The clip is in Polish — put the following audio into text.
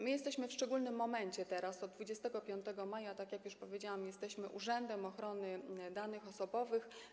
My jesteśmy w szczególnym momencie, bo teraz, od 25 maja, tak jak już powiedziałam, jesteśmy Urzędem Ochrony Danych Osobowych.